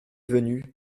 venu